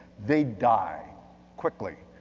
they'd die quickly.